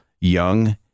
young